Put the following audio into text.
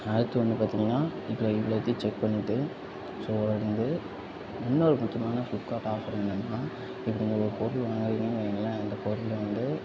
அடுத்து வந்து பார்த்தீங்கன்னா இப்போ இவ்ளோத்தியும் செக் பண்ணிவிட்டு ஸோ வந்து இன்னோரு முக்கியமான ஃப்ளிப்கார்ட் ஆப்ஷன் என்னான்னா இப்போ நீங்கள் ஒரு பொருள் வாங்குறீங்க இல்லை அந்த பொருள் வந்து